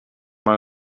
mal